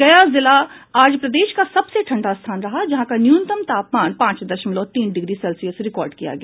गया जिला आज प्रदेश का सबसे ठंडा स्थान रहा जहां का न्यूनतम तापमान पांच दशमलव तीन डिग्री सेल्सियस रिकॉर्ड किया गया